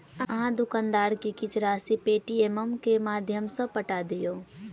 अहाँ दुकानदार के किछ राशि पेटीएमम के माध्यम सॅ पठा दियौ